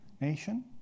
nation